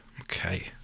Okay